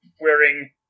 wearing